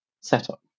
setup